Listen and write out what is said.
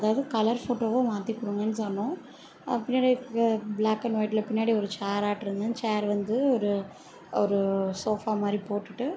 அதாவது கலர் ஃபோட்டோவாக மாற்றி கொடுங்கணு சொன்னோம் பின்னாடி பிளாக் அண்ட் ஒயிட்ல பின்னாடி ஒரு சேராட்ட இருந்தேன் சேர் வந்து ஒரு ஒரு ஷோஃபா மாதிரி போட்டுட்டு